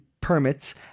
permits